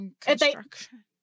construction